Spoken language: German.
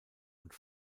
und